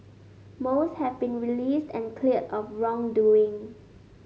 most have been released and cleared of wrongdoing